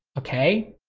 okay?